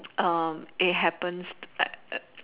it happens